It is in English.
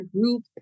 group